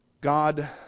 God